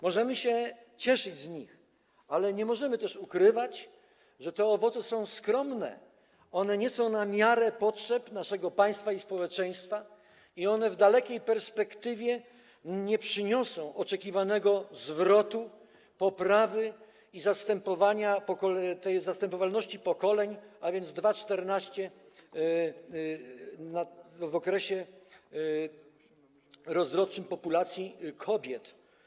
Możemy się cieszyć z nich, ale nie możemy też ukrywać, że te owoce są skromne, one nie są na miarę potrzeb naszego państwa i społeczeństwa i one w dalekiej perspektywie nie przyniosą oczekiwanego zwrotu, oczekiwanej poprawy i zastępowalności pokoleń, a więc 2,14, w okresie rozrodczym populacji kobiet.